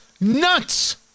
nuts